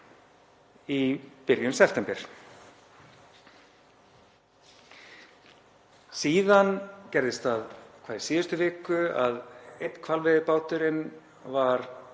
í byrjun september. Síðan gerðist það í síðustu viku að einn hvalveiðibáturinn var